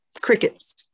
crickets